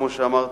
כמו שאמרתי,